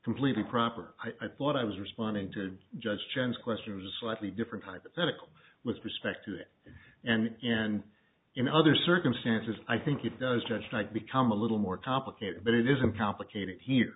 completely proper i thought i was responding to judge chen's questions a slightly different hypothetical with respect to that and and in other circumstances i think it does just might become a little more complicated but it isn't complicated here